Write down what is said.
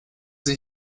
sie